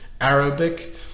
Arabic